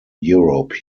europe